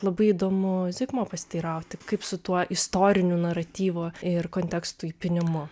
labai įdomu zigmo pasiteirauti kaip su tuo istoriniu naratyvu ir kontekstų pynimu